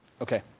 Okay